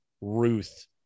Ruth